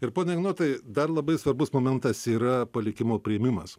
ir pone ignotai dar labai svarbus momentas yra palikimo priėmimas